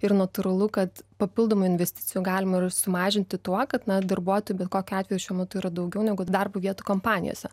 ir natūralu kad papildomų investicijų galima sumažinti tuo kad na darbuotojų bet kokiu atveju šiuo metu yra daugiau negu darbo vietų kompanijose